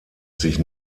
sich